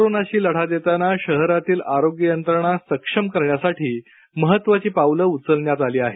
कोरोनाशी लढा देताना शहरातील आरोग्य यंत्रणा सक्षम करण्यासाठी महत्त्वाची पावलं उचलण्यात आली आहेत